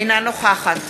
אינה נוכחת